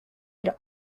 had